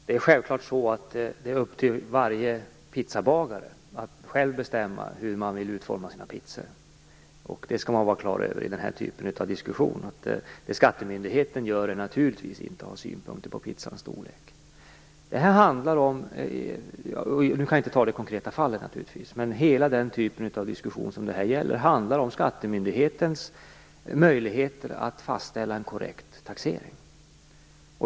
Herr talman! Det är självklart upp till varje pizzabagare att själv bestämma hur han vill utforma sina pizzor. I denna typ av diskussion skall man vara klar över att skattemyndigheten har naturligtvis ingen uppfattning om storleken på pizzan. Nu kan vi naturligtvis inte diskutera det konkreta fallet. Men denna diskussion gäller skattemyndighetens möjligheter att fastställa en korrekt taxering.